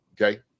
okay